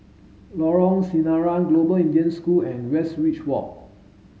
Lorong Sinaran Global Indian School and Westridge Walk